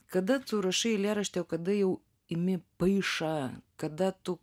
kada tu rašai eilėraštį o kada jau imi paišą kada tu